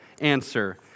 answer